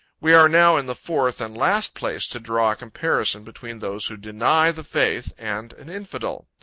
we are now in the fourth and last place to draw a comparison between those who deny the faith, and an infidel.